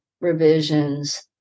revisions